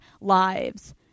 lives